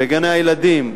בגני-הילדים,